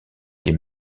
des